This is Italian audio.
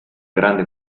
grande